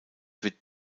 wird